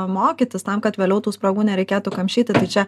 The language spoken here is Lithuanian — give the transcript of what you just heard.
mokytis tam kad vėliau tų spragų nereikėtų kamšyti tai čia